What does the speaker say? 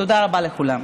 תודה רבה לכולם.